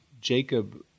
Jacob